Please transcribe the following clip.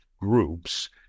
groups